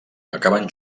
acaben